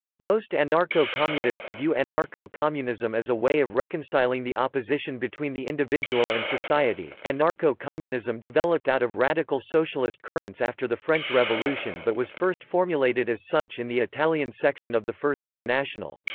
most anarcho-communists view anarcho-communism as a way of reconciling the opposition between the individual and society anarcho-communism developed out of radical socialist currents after the french revolution but was first formulated as such in the italian section of the first international.